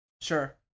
Sure